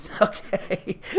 Okay